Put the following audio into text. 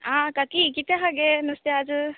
आं काकी कितें हा गे नुस्तें आज